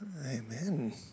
Amen